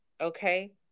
okay